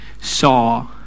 saw